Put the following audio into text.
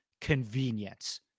convenience